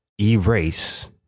erase